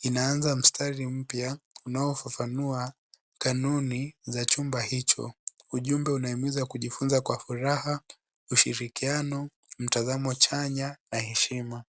inaanza mstari mpya inayofafanua kanuni za chumba hicho. Ujumbe unahimiza kujifunza kwa furaha, ushirikiano, mtazamo chanya na heshima.